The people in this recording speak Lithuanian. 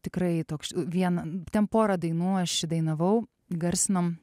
tikrai toks viena ten porą dainų aš įdainavau įgarsinau